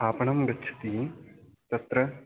आपणं गच्छति तत्र